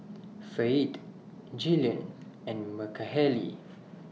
Fayette Jillian and Mahalie